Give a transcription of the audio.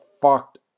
Fucked